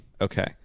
Okay